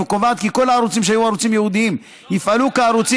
וקובעת כי כל הערוצים שהיו ערוצים ייעודיים יפעלו כערוצים